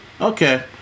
Okay